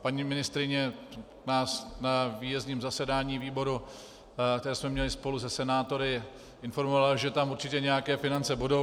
Paní ministryně nás na výjezdním zasedání výboru, které jsme měli spolu se senátory, informovala, že tam určitě nějaké finance budou.